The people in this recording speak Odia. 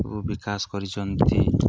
କୁ ବିକାଶ କରିଛନ୍ତି